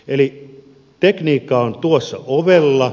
eli tekniikka on tuossa ovella